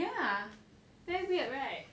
ya damn weird right